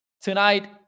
tonight